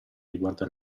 riguarda